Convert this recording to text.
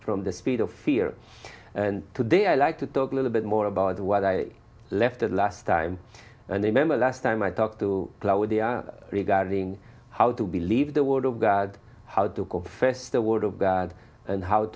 from the speed of fear today i like to talk a little bit more about what i left the last time and a member last time i talked to lower the regarding how to believe the word of god how to confess the word of god and how